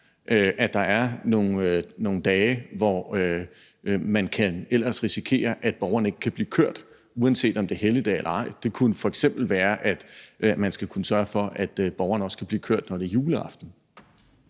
at der er nogle dage, hvor man ellers kan risikere, at borgerne ikke kan blive kørt, uanset om det er helligdag eller ej – det kunne f.eks. være, at man skal kunne sørge for, at borgerne også kan blive kørt, når det er juleaften.